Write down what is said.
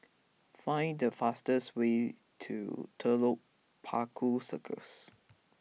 find the fastest way to Telok Paku Circus